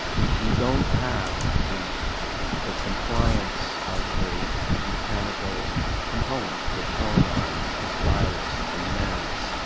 you don't have the the compliance of the mechanical components the tone arm, the stylus, the mass.